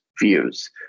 views